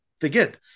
forget